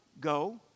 go